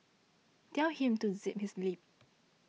tell him to zip his lip